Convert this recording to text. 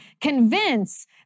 convince